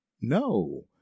No